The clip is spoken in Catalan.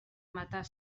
matar